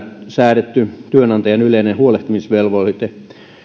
säädetty työnantajan yleinen huolehtimisvelvoite